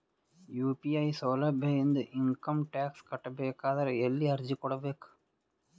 UPI ಸೌಲಭ್ಯ ಇಂದ income tax ಕಟ್ಟಬೇಕಾದರ ಎಲ್ಲಿ ಅರ್ಜಿ ಕೊಡಬೇಕು?